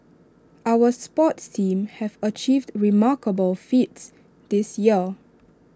our sports teams have achieved remarkable feats this year